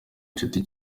inshuti